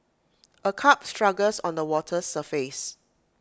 A carp struggles on the water's surface